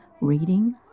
reading